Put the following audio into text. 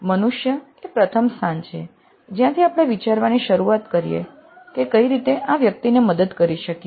મનુષ્ય એ પ્રથમ સ્થાન છે જ્યાંથી આપણે વિચારવાની શરૂઆત કરીએ કે કઈ રીતે આ વ્યક્તિને મદદ કરી શકીએ